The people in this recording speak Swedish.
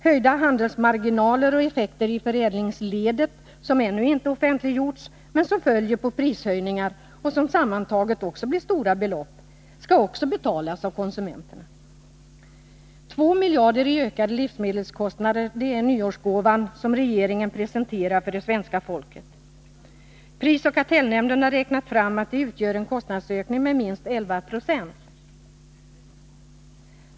Höjda handelsmarginaler och effekter i förädlingsledet, som ännu inte offentliggjorts men som följer på prishöjningar och som sammantaget blir stora belopp, skall också betalas av konsumenterna. 2 miljarder i ökade livsmedelskostnader, det är den nyårsgåva som regeringen presenterar för det svenska folket. Prisoch kartellnämnden har räknat fram att det utgör en kostnadsökning med minst 11 96.